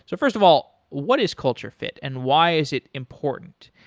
so first of all, what is culture fit and why is it important?